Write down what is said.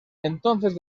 entonces